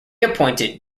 appointed